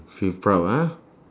feel proud ah